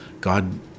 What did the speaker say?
God